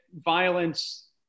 violence